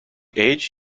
age